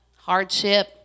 hardship